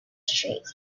street